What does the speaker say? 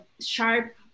sharp